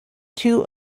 two